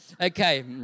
okay